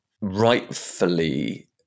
rightfully